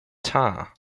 tar